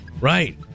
Right